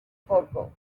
poco